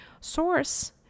Source